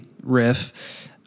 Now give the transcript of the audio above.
riff